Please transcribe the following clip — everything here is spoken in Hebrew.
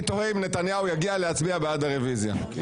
אני תוהה אם נתניהו יגיע להצביע בעד החוק.